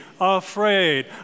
afraid